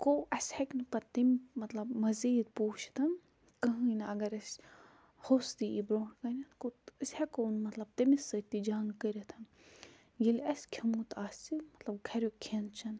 گوٚو اسہِ ہیٚکہِ نہٕ پتہٕ تٔمہِ مطلب مزیٖد پوٗشِتھ کِہیٖنۍ نہٕ اگر أسۍ ہۄس تہِ یی برٛۄنٛٹھ کٔنی گوٚو أسۍ ہیٚکو تٔمِس سۭتۍ تہِ مطلب جنٛگ کٔرِتھ ییٚلہِ اسہِ کھیٚومُت آسہِ مطلب گھرِیٛوک کھیٚن چیٚن